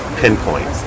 pinpoint